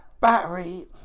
Battery